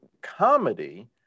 comedy